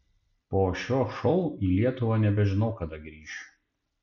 po šio šou į lietuvą nebežinau kada grįšiu